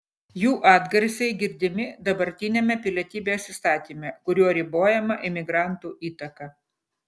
jų atgarsiai girdimi dabartiniame pilietybės įstatyme kuriuo ribojama imigrantų įtaka